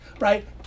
right